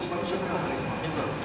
זרקו ספרי תורה על הרצפה.